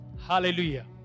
Hallelujah